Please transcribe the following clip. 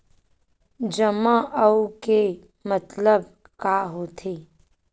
जमा आऊ के मतलब का होथे?